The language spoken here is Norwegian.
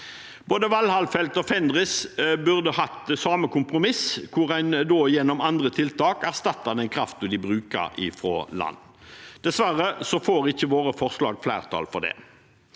Både Valhall-feltet og Fenris-feltet burde hatt samme kompromiss, hvor en gjennom andre tiltak erstatter den kraften de bruker fra land. Dessverre får ikke våre forslag flertall.